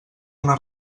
una